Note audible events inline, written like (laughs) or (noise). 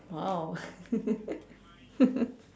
!wow! (laughs)